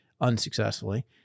unsuccessfully